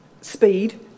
speed